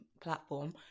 platform